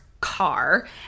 car